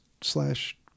slash